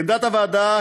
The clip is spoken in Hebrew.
לעמדת הוועדה,